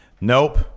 Nope